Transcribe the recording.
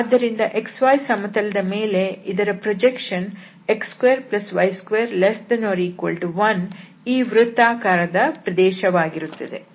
ಆದ್ದರಿಂದ xy ಸಮತಲದ ಮೇಲೆ ಇದರ ಪ್ರೊಜೆಕ್ಷನ್ x2y2≤1 ಈ ವೃತ್ತಾಕಾರದ ಪ್ರದೇಶವಾಗಿರುತ್ತದೆ